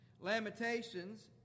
Lamentations